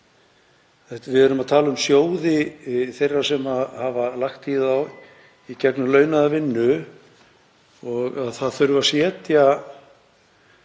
Við erum að tala um sjóði þeirra sem hafa lagt í þá í gegnum launaða vinnu og mér finnst